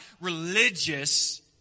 religious